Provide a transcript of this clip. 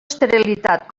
esterilitat